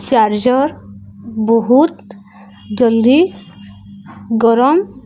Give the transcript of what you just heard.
charger ବହୁତ ଜଲ୍ଦି ଗରମ